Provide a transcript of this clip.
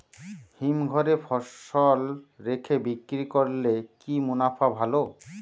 হিমঘরে ফসল রেখে বিক্রি করলে কি মুনাফা ভালো?